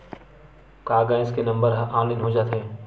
का गैस के नंबर ह ऑनलाइन हो जाथे?